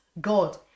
God